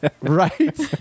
right